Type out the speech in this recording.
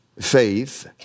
faith